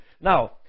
Now